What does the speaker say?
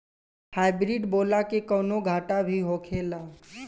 Hybrid बोला के कौनो घाटा भी होखेला?